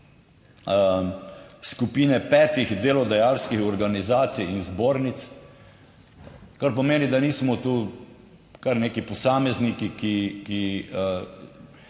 skupine petih delodajalskih organizacij in zbornic, kar pomeni, da nismo tu kar neki posamezniki, ki